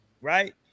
right